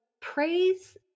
praise